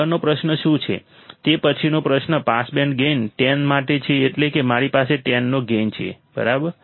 આગળનો પ્રશ્ન શું છે તે પછીનો પ્રશ્ન પાસ બેન્ડ ગેઇન 10 માટે છે એટલે કે મારી પાસે 10 નો ગેઇન છે બરાબર